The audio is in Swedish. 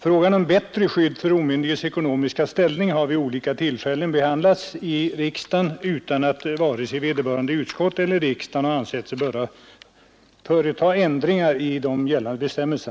Frågan om bättre skydd för omyndigs ekonomiska ställning har vid olika tillfällen behandlats i riksdagen utan att vare sig vederbörande utskott eller riksdagen ansett sig böra företa ändringar i gällande bestämmelser.